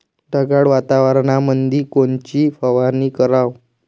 ढगाळ वातावरणामंदी कोनची फवारनी कराव?